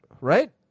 Right